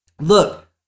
look